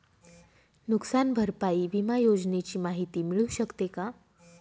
नुकसान भरपाई विमा योजनेची माहिती मिळू शकते का?